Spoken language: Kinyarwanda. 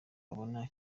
abona